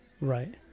Right